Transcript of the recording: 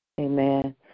Amen